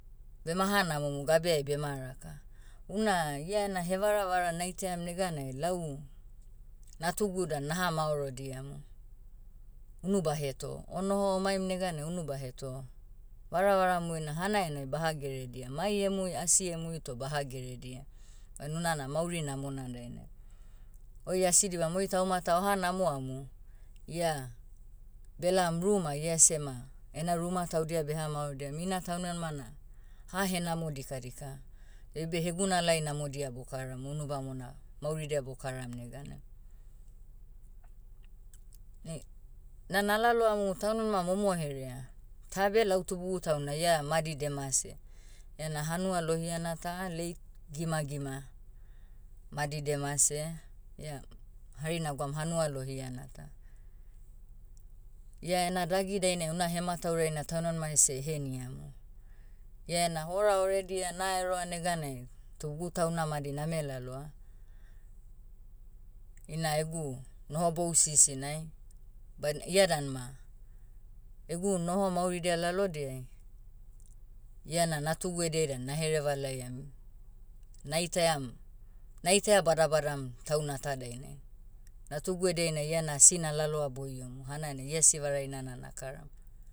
Bema hanamomu gabeai bema raka. Una ia ena hevaravara naitaiam neganai lau, natugu dan naha maorodiamu. Unu baheto. Onoho omaim neganai unu baheto. Varavaramui na hanaianai baha geredia. Mai emui asi emui toh baha geredia. An unana mauri namona dainai. Oi asidibam oi tauma ta oha namoamu, ia, belaom ruma iasema, ena ruma taudia beha maorodiam ina taunmanima na, hahenamo dikadika. Eibe hegunalai namodia bokaram unubamona, mauridia bokaram neganai. Ne- na nalaloamu taunmanima momo herea. Ta beh lau tubugu tauna ia madi demase. Ena hanua lohiana ta, late gimagima. Madi demase. Ia, hari nagwaum hanua lohiana ta. Ia ena dagi dainai una hemataurai na taunmanima ese eheniamu. Ia ena hora oredia naeroa neganai, tubugu tauna madi name laloa, ina egu, nohobou sisinai. Badina ia dan ma, egu noho mauridia lalodiai, iana natugu ediai dan nahereva laiamu. Naitaiam- naitaia badabadam, tauna ta dainai. Natugu ediai na iana asi nalaloa boiomu hanainai ia sivaraina na nakaram.